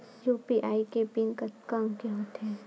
UPI के PIN कतका अंक के होथे?